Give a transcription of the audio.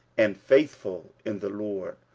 and faithful in the lord,